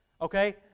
okay